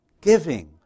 giving